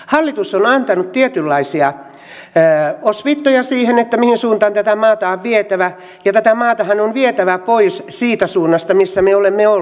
hallitus on antanut tietynlaisia osviittoja siihen mihin suuntaan tätä maata on vietävä ja tätä maatahan on vietävä pois siitä suunnasta missä me olemme olleet